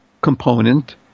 component